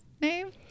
name